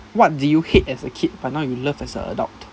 what do you hate as a kid but now you love as an adult